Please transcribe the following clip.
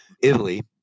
Italy